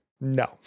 No